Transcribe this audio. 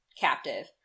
captive